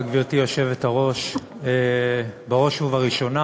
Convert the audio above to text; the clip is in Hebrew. גברתי היושבת-ראש, תודה רבה, בראש ובראשונה